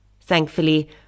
Thankfully